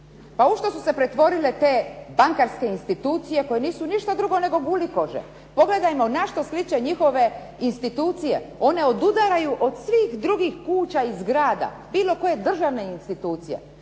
Pa u što su se pretvorile te bankarske institucije koje nisu ništa drugo nego gulikože. Pogledajmo na što sliče njihove institucije. One odudaraju od svih drugih kuća i zgrada, bilo koje državne institucije.